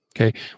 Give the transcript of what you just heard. Okay